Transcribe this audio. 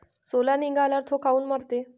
सोला निघाल्यावर थो काऊन मरते?